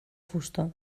fusta